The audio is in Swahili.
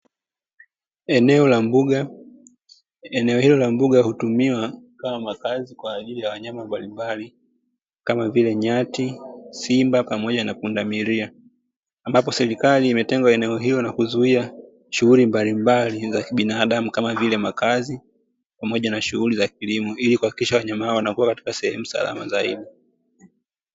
Eneo la mbuga eneo hilo la mbuga hutumiwa kama makazi kwajili ya wanyama mbalimbali kamavile nyati, simba pamoja na pundamilia, ambapo serikali imetenga eneo hilo na kuzuia shughuli mbalimbali za kibinadamu kama vile makazi pamoja na shughuli za kilimo ilikuhakikisha wanyama hao wanakuwa sehemu salama zaidi.